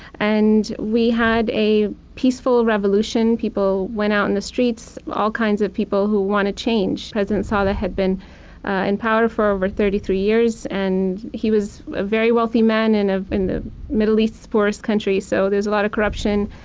and we had a peaceful revolution. people went out in the streets, all kinds of people who wanted change. president saleh had been in power for over thirty three years. and he was a very wealthy man and in the middle east's poorest country. so there was a lot of corruption.